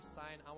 sign